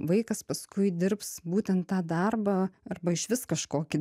vaikas paskui dirbs būtent tą darbą arba išvis kažkokį